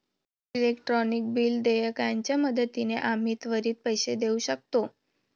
electronic bill देयकाच्या मदतीने आम्ही त्वरित पैसे देऊ शकतो